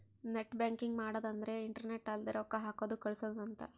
net banking ಮಾಡದ ಅಂದ್ರೆ internet ಅಲ್ಲೆ ರೊಕ್ಕ ಹಾಕೋದು ಕಳ್ಸೋದು ಅಂತ